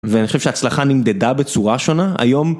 ואני חושב שההצלחה נמדדה בצורה שונה היום.